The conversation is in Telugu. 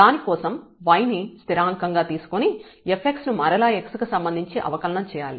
దానికోసం y ని స్థిరాంకం గా తీసుకొని fx ను మరలా x కి సంబంధించి అవకలనం చేయాలి